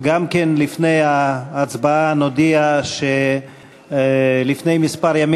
גם כן לפני ההצבעה נודיע שלפני ימים